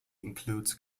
includes